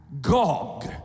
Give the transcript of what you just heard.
Gog